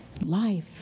life